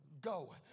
go